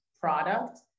product